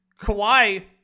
Kawhi